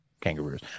kangaroos